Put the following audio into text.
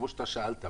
כמו שאתה שאלת.